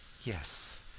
yes,